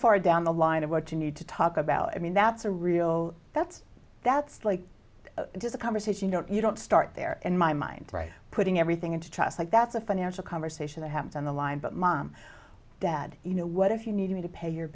far down the line of what you need to talk about i mean that's a real that's that's like it is a conversation don't you don't start there in my mind right putting everything into trust like that's a financial conversation that happens on the line but mom dad you know what if you need to pay your